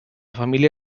família